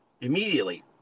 immediately